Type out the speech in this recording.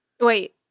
Wait